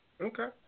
okay